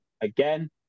again